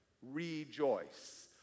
rejoice